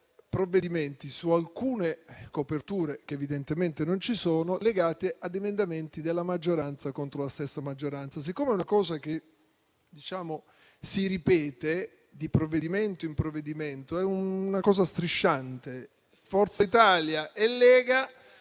provvedimenti su alcune coperture - che evidentemente non ci sono - legate ad emendamenti della maggioranza contro la stessa maggioranza. È una cosa strisciante, che si ripete di provvedimento in provvedimento: Forza Italia e Lega